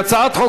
[הצעת חוק